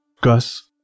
Gus